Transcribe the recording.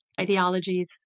ideologies